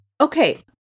Okay